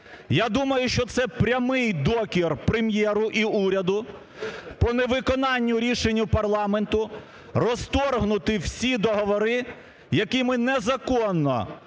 Я думаю, що це прямий докір Прем'єру і уряду по невиконанню рішення парламенту розторгнути всі договори, які ми незаконно,